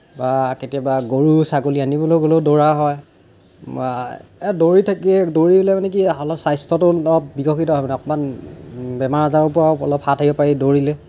বা কেতিয়াবা গৰু ছাগলী আনিবলৈ গ'লেও দৌৰা হয় দৌৰি থাকিয়ে দৌৰিলে মানে কি অলপ স্বাস্থ্যটো উন্নত বিকশিত হয় মানে অকণমান বেমাৰ আজাৰৰ পৰাও অলপ হাত সাৰিব পাৰি দৌৰিলে